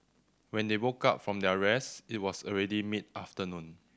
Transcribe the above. when they woke up from their rest it was already mid afternoon